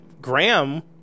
Graham